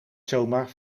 zomaar